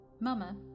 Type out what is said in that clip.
Mama